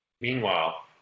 Meanwhile